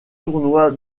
tournoi